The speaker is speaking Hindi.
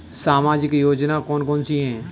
सामाजिक योजना कौन कौन सी हैं?